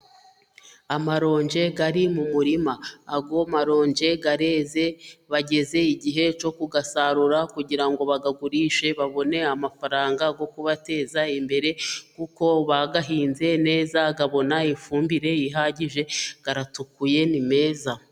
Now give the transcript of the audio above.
Amaronje ari mu murima. Ayo maronje areze, bageze igihe cyo kuyasarura kugira ngo bayagurishe babone amafaranga yo kubateza imbere, kuko bayahinze neza akabona ifumbire ihagije, yaratukuye, ni meza.